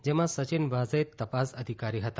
જેમાં સચિન વાઝે તપાસ અધિકારી હતા